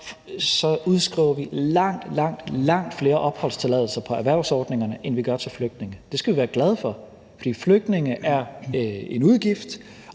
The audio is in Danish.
udskriver vi langt, langt flere opholdstilladelser på erhvervsordningerne, end vi gør til flygtninge. Det skal vi være glade for, for flygtninge er en udgift,